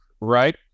right